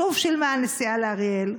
שוב שילמה על הנסיעה לאריאל,